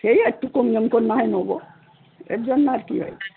সে একটু কম সম করে না হয় নেব এর জন্য আর কী হয়েছে